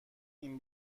این